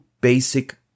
basic